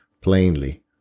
Plainly